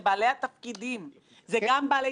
אני לא מקבל את זה.